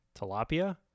Tilapia